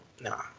nah